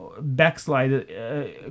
backslide